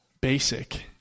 basic